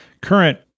current